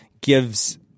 gives